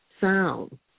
sound